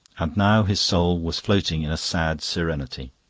and now his soul was floating in a sad serenity.